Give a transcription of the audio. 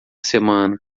semana